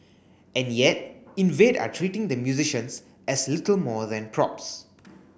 and yet Invade are treating the musicians as little more than props